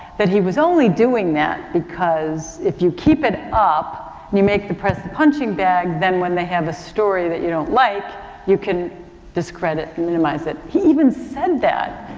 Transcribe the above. that he was only doing that because if you keep it up and you make the press the punching bag then when they have a story that you don't like you can discredit and minimize it. he even said that.